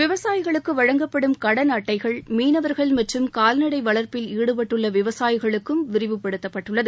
விவசாயிகளுக்கு வழங்கப்படும் கடள் அட்டைகள் மீனவர்கள் மற்றும் கால்நடை வளர்ப்பில் ஈடுபட்டுள்ள விவசாயிகளுக்கும் விரிவுபடுத்தப்பட்டுள்ளது